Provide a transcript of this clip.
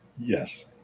yes